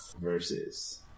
versus